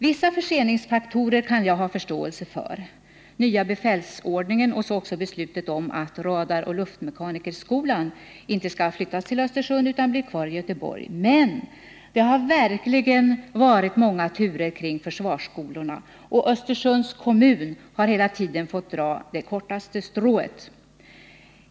Vissa förseningsfaktorer kan jag ha förståelse för — den nya befälsordningen och också beslutet om att radaroch luftmekanikerskolan inte skall flyttas till Östersund utan blir kvar i Göteborg — men det har verkligen varit många turer kring försvarsskolorna, och Östersunds kommun har hela tiden fått dra det kortaste strået.